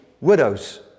widows